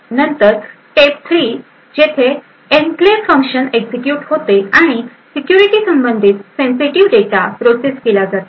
नंतर स्टेप 3 जेथे enclave function execute होते आणि सिक्युरिटी संबंधित सेन्सिटीव डेटा प्रोसेस केला जातो